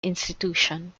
institution